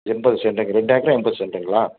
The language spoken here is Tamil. எண்பது செண்ட்டுங்க ரெண்டு ஏக்கர் எண்பது சென்டுங்களா